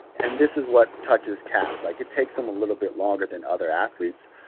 and this is what touches kaep. like, it takes him a little bit longer than other athletes.